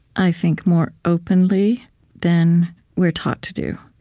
i think, more openly than we're taught to do.